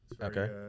Okay